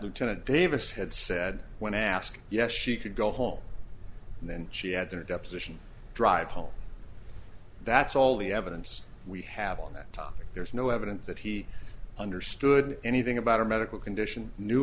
lieutenant davis had said when asked yes she could go home and then she had been a deposition drive home that's all the evidence we have on that topic there is no evidence that he understood anything about her medical condition knew